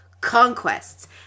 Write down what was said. conquests